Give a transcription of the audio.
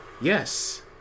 Yes